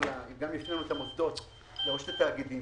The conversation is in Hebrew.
גם הפנינו את המוסדות לרשות התאגידים,